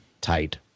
tight